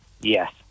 Yes